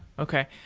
okay.